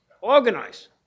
organize